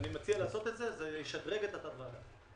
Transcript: אני מציע לעשות את זה, כי זה ישדרג את ועדת המשנה.